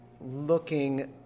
looking